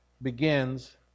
begins